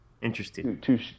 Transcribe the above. interesting